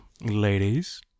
Ladies